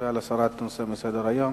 מצביע על הסרת הנושא מסדר-היום.